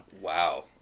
Wow